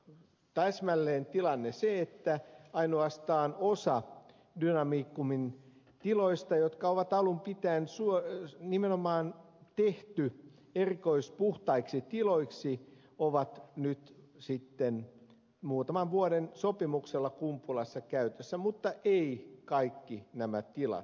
on täsmälleen tilanne se että ainoastaan osa dynamicumin tiloista jotka on alun pitäen nimenomaan tehty erikoispuhtaiksi tiloiksi on nyt sitten muutaman vuoden sopimuksella kumpulassa käytössä mutta eivät kaikki nämä tilat